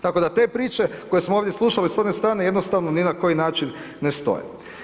Tako da, te priče koje smo ovdje slušali s one strane jednostavno ni na koji način ne stoje.